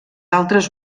altres